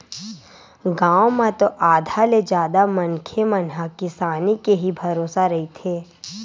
गाँव म तो आधा ले जादा मनखे मन ह किसानी के ही भरोसा रहिथे